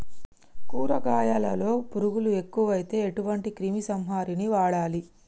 కూరగాయలలో పురుగులు ఎక్కువైతే ఎటువంటి క్రిమి సంహారిణి వాడాలి?